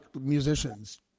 musicians